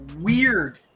weird